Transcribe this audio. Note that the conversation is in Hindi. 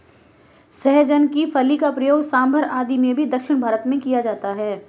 सहजन की फली का प्रयोग सांभर आदि में भी दक्षिण भारत में किया जाता है